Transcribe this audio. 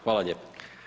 Hvala lijepo.